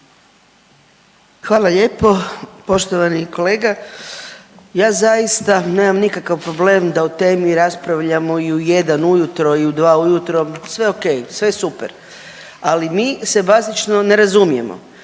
Hvala lijepo. Poštovani kolega, ja zaista nemam nikakav problem da o temi raspravljamo i u jedan ujutro i u dva ujutro, sve ok, sve super, ali mi se bazično ne razumijemo.